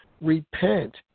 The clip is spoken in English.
repent